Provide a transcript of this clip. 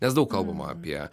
nes daug kalbama apie